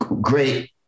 great